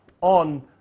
on